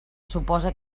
suposa